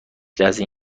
لحظه